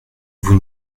vous